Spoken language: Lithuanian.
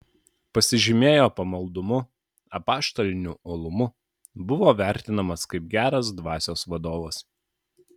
pasižymėjo pamaldumu apaštaliniu uolumu buvo vertinamas kaip geras dvasios vadovas